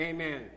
Amen